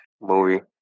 movie